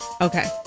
Okay